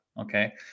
okay